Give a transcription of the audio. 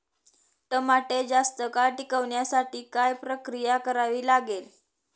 टमाटे जास्त काळ टिकवण्यासाठी काय प्रक्रिया करावी लागेल?